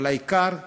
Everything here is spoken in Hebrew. אבל העיקר לשרוד,